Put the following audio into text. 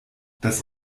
das